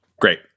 Great